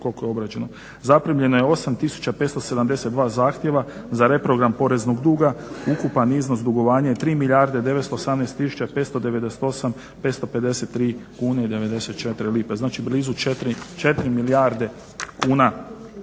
Zaprimljeno je 8572 zahtjeva za reprogram poreznog duga. Ukupan iznos dugovanja je 3 milijarde 918 tisuća 598 553 kune i 94 lipe. Znači blizu 4 milijarde kuna